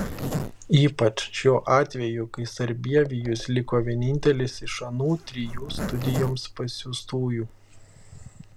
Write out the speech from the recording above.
ypač šiuo atveju kai sarbievijus liko vienintelis iš anų trijų studijoms pasiųstųjų